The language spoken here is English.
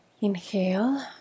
inhale